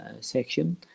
section